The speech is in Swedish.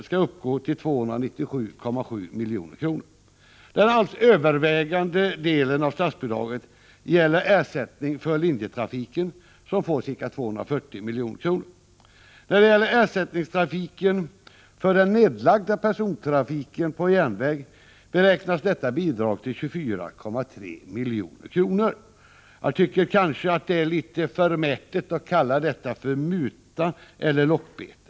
alldeles övervägande delen av statsbidraget gäller ersättning för linjetrafira ken, som får ca 240 milj.kr. Bidraget till ersättningstrafiken för den nedlagda fetrontrafiken på järnväg DErskhas till 24,3 milj.kr. Jag tycker kanske det är Ersättning till lokal litet förmätet att kalla detta för muta eller lockbete.